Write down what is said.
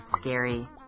scary